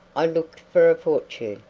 i looked for a fortune.